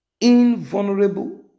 invulnerable